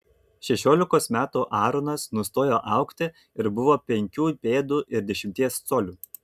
šešiolikos metų aaronas nustojo augti ir buvo penkių pėdų ir dešimties colių